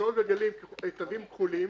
תווים כחולים